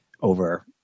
over